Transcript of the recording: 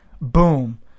Boom